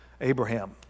Abraham